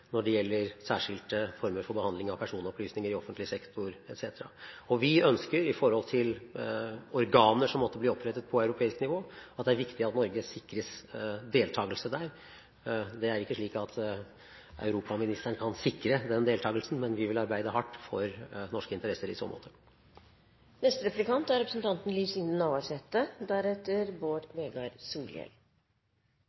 når det gjelder særskilte former for behandling av personopplysninger i offentlig sektor, etc. Vi mener det er viktig at Norge sikres deltakelse i de organer som måtte bli opprettet på europeisk nivå. Det er ikke slik at europaministeren kan sikre den deltakelsen, men vi vil arbeide hardt for norske interesser i så måte. I 2014 er